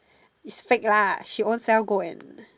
is fake lah she ownself go and